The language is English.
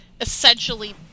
essentially